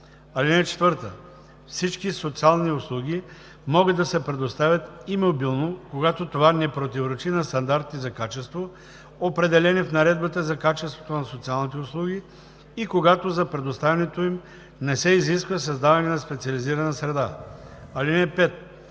среда. (4) Всички социални услуги могат да се предоставят и мобилно, когато това не противоречи на стандартите за качество, определени в Наредбата за качеството на социалните услуги, и когато за предоставянето им не се изисква създаване на специализирана среда. (5)